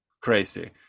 crazy